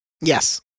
Yes